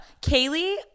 Kaylee